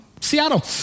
Seattle